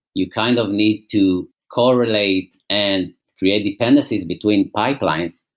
you kind of need to correlate and create dependencies between pipelines.